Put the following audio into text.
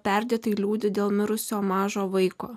perdėtai liūdi dėl mirusio mažo vaiko